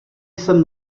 jsem